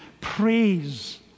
praise